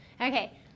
okay